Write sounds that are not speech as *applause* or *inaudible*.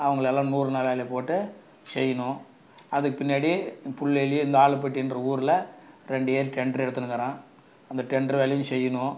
அவங்களலாம் நூறுநாள் வேலையில் போட்டு செய்யணும் அதுக்குப் பின்னாடி *unintelligible* இந்த ஆளப்பட்டின்ற ஊரில் ரெண்டு ஏரி டெண்டரு எடுத்துருக்குறேன் அந்த டெண்டரு வேலையும் செய்யணும்